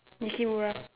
yukimura